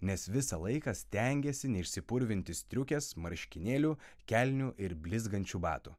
nes visą laiką stengėsi neišsipurvinti striukės marškinėlių kelnių ir blizgančių batų